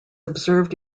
observed